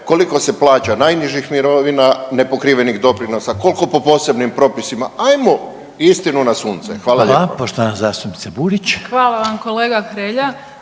koliko će plaća najnižih mirovina nepokrivenih doprinosa, koliko po posebnim propisima, ajmo istinu na sunce. Hvala lijepo. **Reiner, Željko (HDZ)** Hvala.